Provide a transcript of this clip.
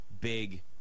big